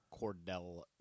Cordell